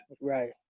right